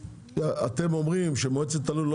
אתם אומרים שמוצעת הלול לא